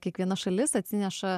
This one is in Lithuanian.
kiekviena šalis atsineša